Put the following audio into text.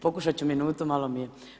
Pokušati ću minutu, malo mi je.